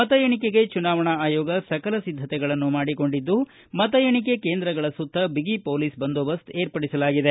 ಮತ ಎಣಿಕೆಗೆಚುನಾವಣಾ ಆಯೋಗ ಸಕಲ ಸಿದ್ದಕೆಗಳನ್ನು ಮಾಡಿಕೊಂಡಿದ್ದುಮತ ಏಣಿಕೆ ಕೇಂದ್ರಗಳ ಸುತ್ತ ಏಗಿ ಪೊಲೀಸ್ ಬಂದೋಬಸ್ತ್ ಏರ್ಪಡಿಸಲಾಗಿದೆ